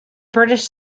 british